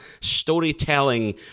storytelling